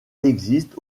existe